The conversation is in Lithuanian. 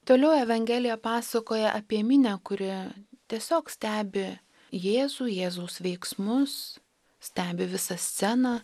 toliau evangelija pasakoja apie minią kuri tiesiog stebi jėzų jėzaus veiksmus stebi visą sceną